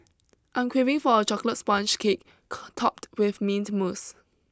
I am craving for a chocolate sponge cake topped with mint mousse